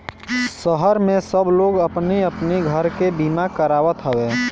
शहर में सब लोग अपनी अपनी घर के बीमा करावत हवे